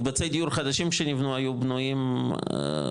מקבצי דיור חדשים שנבנו היו בנויים על